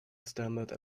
standard